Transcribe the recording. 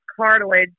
cartilage